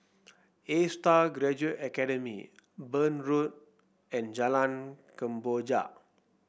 Astar Graduate Academy Burn Road and Jalan Kemboja